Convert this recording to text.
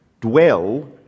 dwell